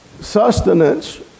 sustenance